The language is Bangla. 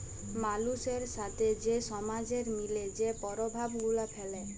মালুসের সাথে যে সমাজের মিলে যে পরভাব গুলা ফ্যালে